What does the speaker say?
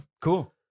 cool